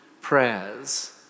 prayers